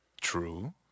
true